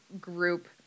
group